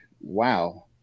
wow